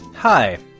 Hi